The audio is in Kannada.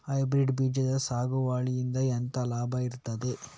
ಹೈಬ್ರಿಡ್ ಬೀಜದ ಸಾಗುವಳಿಯಿಂದ ಎಂತ ಲಾಭ ಇರ್ತದೆ?